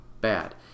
Bad